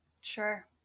sure